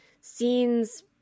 scenes